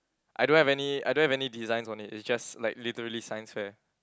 I don't have any I don't have any designs on it it just like literally Science fair